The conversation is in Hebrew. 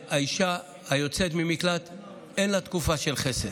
לאישה היוצאת ממקלט אין תקופה של חסד.